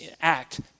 act